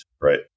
Right